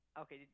Okay